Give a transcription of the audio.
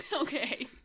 Okay